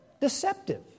deceptive